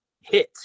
Hit